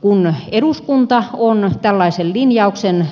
kun eduskunta on tällaisen linjauksen